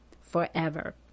Forever